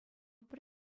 пӗр